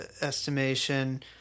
estimation